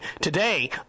Today